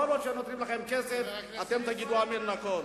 כל עוד נותנים לכם כסף אתם תגידו אמן לכול.